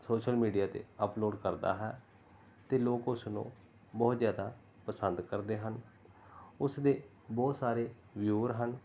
social media 'ਤੇ upload ਕਰਦਾ ਹੈ ਅਤੇ ਲੋਕ ਉਸਨੂੰ ਬਹੁਤ ਜ਼ਿਆਦਾ ਪਸੰਦ ਕਰਦੇ ਹਨ ਉਸਦੇ ਬਹੁਤ ਸਾਰੇ ਵਿਊਅਰ ਹਨ